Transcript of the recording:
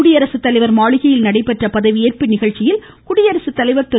குடியரசுத்தலைவர் நடைபெற்ற பதவியேற்பு நிகம்ச்சியில் குடியரசுத்தலைவர் திரு